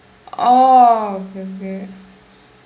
oh okay okay